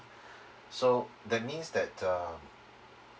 so that means that um